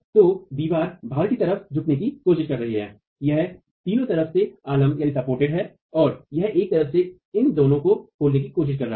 तो दीवार बाहर की तरफ झुकने की कोशिश कर रही है यह 3 तरफ से आलम्ब है और यह एक तरह से इन दोनों को खोलने की कोशिश कर रहा है